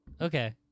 Okay